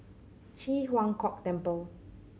Ji Huang Kok Temple